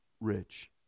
rich